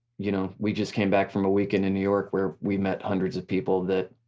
you know we just came back from a weekend in new york where we met hundreds of people that,